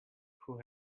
who